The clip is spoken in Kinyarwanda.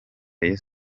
rayon